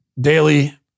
daily